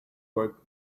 work